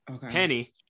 Penny